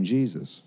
Jesus